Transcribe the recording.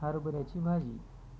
हरभऱ्याची भाजी